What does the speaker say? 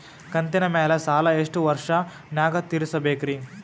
ಕಂತಿನ ಮ್ಯಾಲ ಸಾಲಾ ಎಷ್ಟ ವರ್ಷ ನ್ಯಾಗ ತೀರಸ ಬೇಕ್ರಿ?